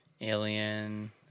Alien